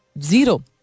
Zero